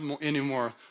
anymore